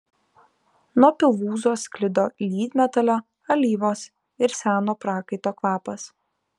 nuo pilvūzo sklido lydmetalio alyvos ir seno prakaito kvapas